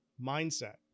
mindset